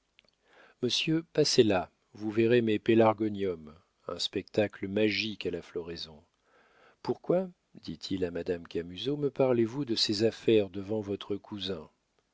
monsieur passez là vous verrez mes pélargonium un spectacle magique à la floraison pourquoi dit-il à madame camusot me parlez-vous de ces affaires devant votre cousin